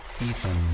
Ethan